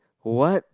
what